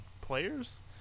players